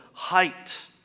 height